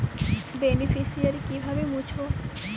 Beneficiary কিভাবে মুছব?